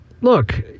look